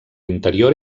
interior